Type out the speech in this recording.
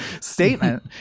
statement